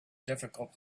difficult